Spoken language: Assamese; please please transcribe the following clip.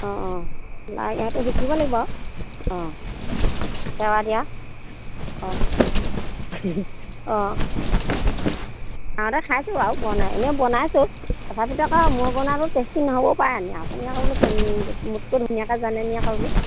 অঁ অঁ লাই দিয়াটো শিকিব লাগিব আৰু অঁ চেৱা দিয়া অঁ অঁ অঁ আগতে খাইছোঁ বাৰু বনাই এনেই বনাইছোঁ তথাপিতো আকৌ মই বনোৱাতো টেষ্টি নহ'ব পাৰে এনেই আপুনি আৰু বোলো মোতকৈ ধুনীয়াকে জানে নেকি আকৌ বোলো